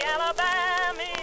Alabama